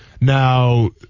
Now